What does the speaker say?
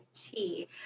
tea